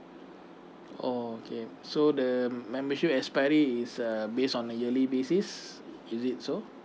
oh okay so the membership expiry is uh based on a yearly basis is it so